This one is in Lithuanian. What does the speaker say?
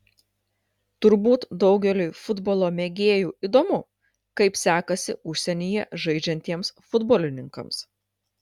turbūt daugeliui futbolo mėgėjų įdomu kaip sekasi užsienyje žaidžiantiems futbolininkams